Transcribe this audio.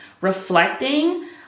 reflecting